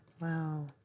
Wow